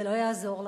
זה לא יעזור לכם.